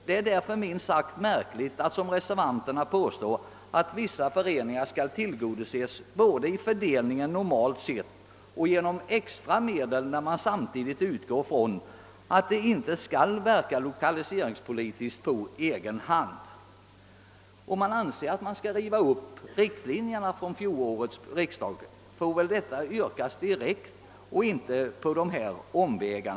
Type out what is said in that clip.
Det är därför minst sagt märkligt när reservanterna påstår att vissa föreningar skall tillgodoses både av fördelningen normalt sett och genom extra medel, när man samtidigt utgår ifrån att de inte skall verka lokaliseringspolitiskt på egen hand. Om man anser att vi skall riva upp riktlinjerna för fjolårets riksdagsbeslut, får väl detta yrkas direkt och inte på sådana här omvägar.